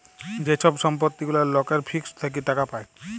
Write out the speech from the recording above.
যে ছব সম্পত্তি গুলা লকের ফিক্সড থ্যাকে টাকা পায়